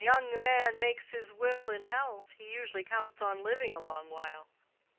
when a young man makes his will in health, he usually counts on living a long while.